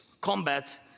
combat